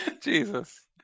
Jesus